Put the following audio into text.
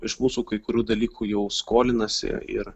iš mūsų kai kurių dalykų jau skolinasi ir